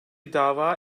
dava